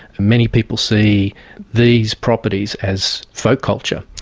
many people see these properties as folk culture,